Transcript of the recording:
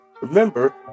Remember